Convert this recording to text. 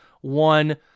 one